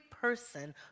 person